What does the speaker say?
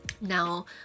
Now